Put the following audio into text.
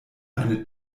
eine